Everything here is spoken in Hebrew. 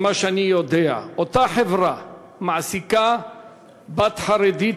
ממה שאני יודע: אותה חברה מעסיקה בת חרדית,